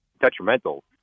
detrimental